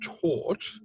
taught